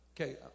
Okay